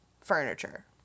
furniture